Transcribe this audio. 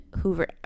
Hoover